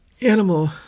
animal